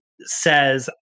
says